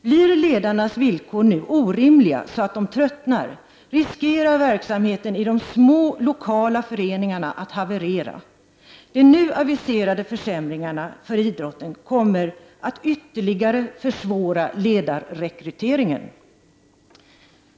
Blir ledarnas villkor nu orimliga, så att de tröttnar, riskerar verksamheten i de små, lokala föreningarna att haverera. De nu aviserade försämringarna för idrotten kommer att ytterligare försvåra ledarrekryteringen.